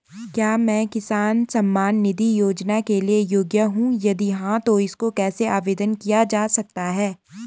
क्या मैं किसान सम्मान निधि योजना के लिए योग्य हूँ यदि हाँ तो इसको कैसे आवेदन किया जा सकता है?